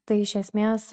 tai iš esmės